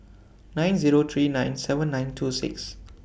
nine Zero three nine seven nine two six